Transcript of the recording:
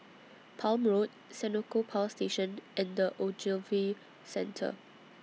Palm Road Senoko Power Station and The Ogilvy Centre